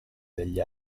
degli